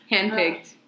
Handpicked